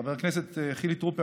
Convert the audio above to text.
חבר הכנסת חילי טרופר,